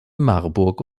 marburg